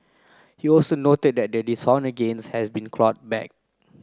he also noted that the dishonest gains had been clawed back